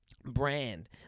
brand